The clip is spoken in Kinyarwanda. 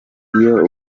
iyo